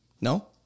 no